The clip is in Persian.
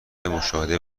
مشاهده